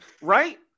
right